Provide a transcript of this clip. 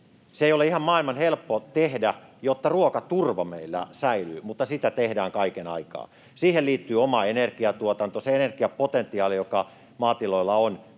Se ei ole ihan maailman helpointa tehdä, jotta ruokaturva meillä säilyy, mutta sitä tehdään kaiken aikaa. Siihen liittyy oma energiantuotanto, se energiapotentiaali, joka maatiloilla on